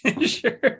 Sure